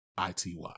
ITY